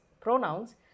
pronouns